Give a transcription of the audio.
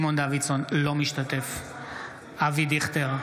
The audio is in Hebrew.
אינו משתתף בהצבעה אבי דיכטר,